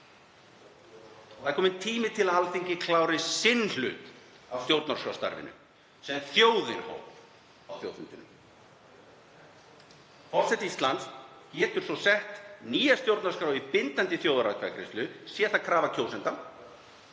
Það er kominn tími til að Alþingi klári sinn hlut í stjórnarskrárstarfinu sem þjóðin hóf á þjóðfundinum. Forseti Íslands getur svo sett nýja stjórnarskrá í bindandi þjóðaratkvæðagreiðslu, sé það krafa kjósenda